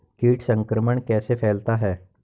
कीट संक्रमण कैसे फैलता है?